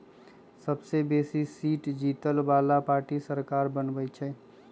सबसे बेशी सीट जीतय बला पार्टी सरकार बनबइ छइ